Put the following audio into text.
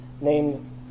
named